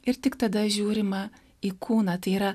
ir tik tada žiūrima į kūną tai yra